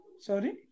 Sorry